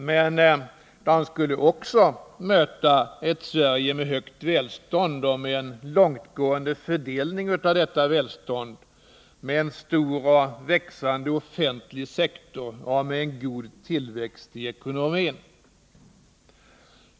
Men de skulle också möta ett Sverige med högt välstånd och med en långtgående fördelning av detta välstånd, med en stor och växande offentlig sektor och med en hög tillväxt i ekonomin.